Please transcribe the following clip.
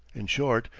in short,